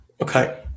Okay